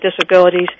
disabilities